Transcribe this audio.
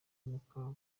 muka